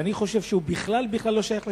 שאני חושב שהוא בכלל בכלל לא שייך לש"ס.